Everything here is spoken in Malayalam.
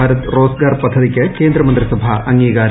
ഭാരത് റോസ്ഗാർ പദ്ധതിയ്ക്ക് കേന്ദ്രമന്ത്രിസഭാ അംഗീകാരം